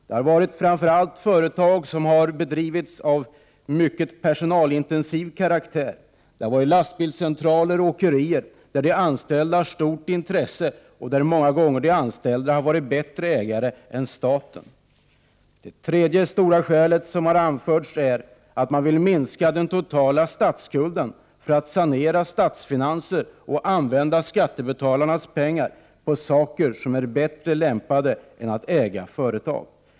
Det har framför allt varit företag med verksamhet av mycket personalintensiv karaktär — lastbilscentraler och åkerier, där de anställda har stort intresse och många gånger har varit bättre ägare än staten. Det tredje starka skäl som anförts är att man vill minska den totala statsskulden. Man vill sanera statsfinanserna och använda skattebetalarnas pengar till något de är bättre lämpade för än att äga företag.